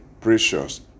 precious